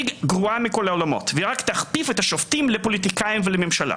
היא גרועה מכל העולמות והיא רק תכפיף את השופטים לפוליטיקאים ולממשלה.